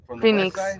Phoenix